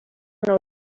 nou